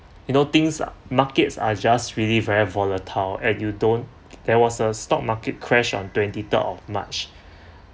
you know things are markets are just really very volatile and you don't there was a stock market crash on twenty third of march